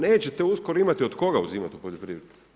Nećete uskoro imati od koga uzimati u poljoprivredi.